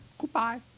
Goodbye